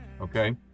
okay